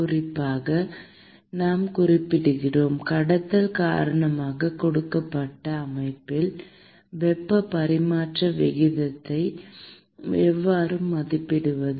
குறிப்பாக நாம் குறிப்பிடுகிறோம் கடத்தல் காரணமாக கொடுக்கப்பட்ட அமைப்பில் வெப்ப பரிமாற்ற வீதத்தை எவ்வாறு மதிப்பிடுவது